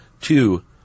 two